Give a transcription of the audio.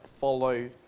follow